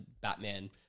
Batman